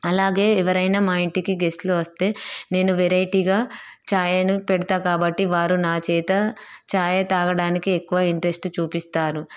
అలాగే ఎవరైనా మాఇంటికి గెస్ట్లు వస్తే నేను వెరైటీగా చాయిని అయినా పెడతా కాబట్టి వారు నాచేత చాయ్ తాగడానికి ఎక్కువ ఇంట్రెస్ట్ చూపిస్తారు